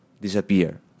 disappear